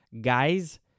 Guys